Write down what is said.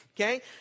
Okay